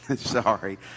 Sorry